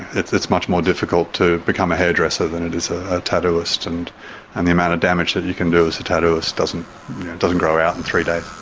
it's it's much more difficult to become a hairdresser than it is ah a tattooist, and and the amount of damage that you can do as a tattooist doesn't doesn't grow out in three days.